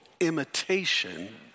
imitation